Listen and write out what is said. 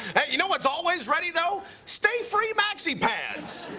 you know what's always ready, though? stay free maxi pads.